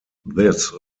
this